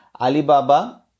Alibaba